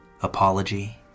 Apology